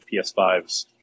PS5s